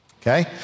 Okay